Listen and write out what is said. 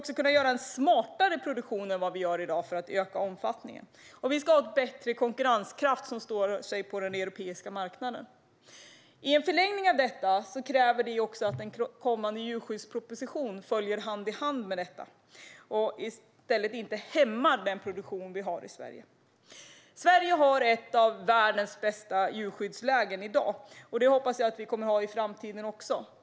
Vi ska ha en smartare produktion för att öka omfattningen och en bättre konkurrenskraft som står sig på den europeiska marknaden. I förlängningen krävs att en kommande djurskyddsproposition går hand i hand med detta och inte hämmar den produktion vi har i Sverige. Sverige har i dag ett av världens bästa djurskydd, och jag hoppas att vi kommer att ha det i framtiden också.